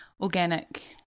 organic